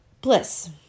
bliss